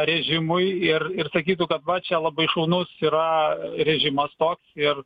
režimui ir ir sakytų kad va čia labai šaunus yra režimas toks ir